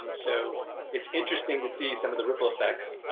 um so it's interesting to see some of the ripple effects